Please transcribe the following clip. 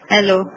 Hello